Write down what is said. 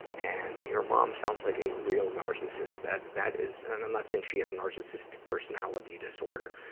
and your mom sounds like a real narcissist. that, that is and i'm not saying she has narcissistic personality disorder.